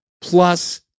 Plus